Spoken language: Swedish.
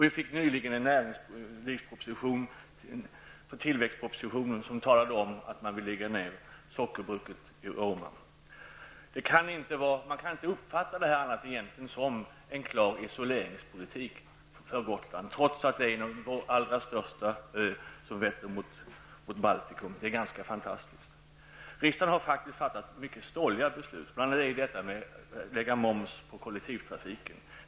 Vi fick nyligen tillväxtpropositionen där det talas om att lägga ned sockerbruket i Roma. Man kan inte uppfatta detta på annat sätt än som en klar isoleringspolitik mot Gotland, trots att det är vår största ö som vetter mot Baltikum. Det är ganska fantastiskt! Riksdagen har faktiskt fattat mycket stolliga beslut, bl.a. om att lägga moms på kollektivtrafiken.